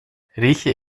rieche